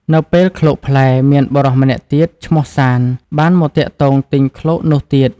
នៅពេលឃ្លោកផ្លែ មានបុរសម្នាក់ទៀតឈ្មោះ សាន្ត បានមកទាក់ទងទិញឃ្លោកនោះទៀត។